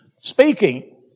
speaking